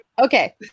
Okay